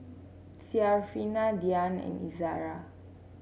Syarafina Dian and Izara